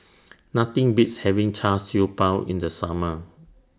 Nothing Beats having Char Siew Bao in The Summer